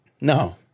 No